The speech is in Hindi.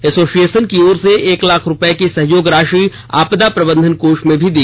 एसोसिएषन की ओर से एक लाख रुपये की सहयोग राषि आपदा प्रबंधन कोष में भी दी